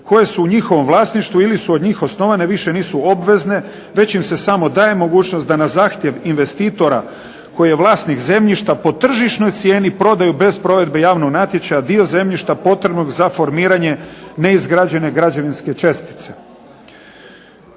koje su u njihovom vlasništvu ili su od njih osnovane više nisu obvezne već im se samo daje mogućnost da na zahtjev investitora koji je vlasnik zemljišta po tržišnoj cijeni prodaju bez provedbe javnog natječaja dio zemljišta potrebnog za formiranje neizgrađene građevinske čestice